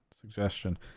suggestion